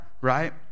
right